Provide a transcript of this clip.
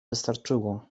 wystarczyło